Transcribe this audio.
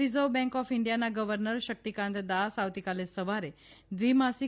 reserve bank of ઇન્ડિયાના governor Shaktikanta Das આવતીકાલે સવારે દ્વિ માસિક